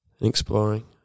Exploring